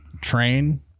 train